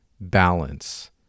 balance